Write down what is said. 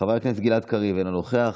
חבר הכנסת גלעד קריב, אינו נוכח,